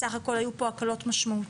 סך הכול היו פה הקלות משמעותיות.